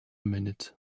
minute